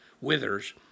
withers